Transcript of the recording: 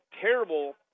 terrible